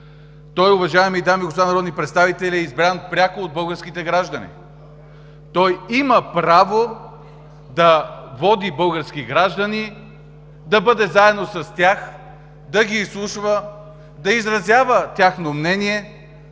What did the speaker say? Той, уважаеми дами и господа народни представители, е избран пряко от българските граждани! Той има право да води български граждани, да бъде заедно с тях, да ги изслушва, да изразява тяхно мнение,